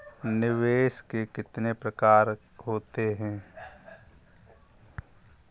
निवेश के कितने प्रकार होते हैं?